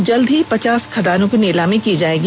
शीघ्र ही पचास खदानों की नीलामी की जाएगी